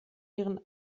ihren